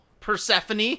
persephone